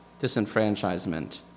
disenfranchisement